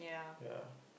ya